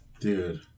Dude